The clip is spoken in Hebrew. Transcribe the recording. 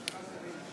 חבר הכנסת ישראל כץ,